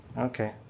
Okay